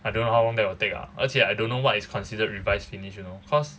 I don't know how long that will take ah 而且 I don't know what is considered revised finish you know cause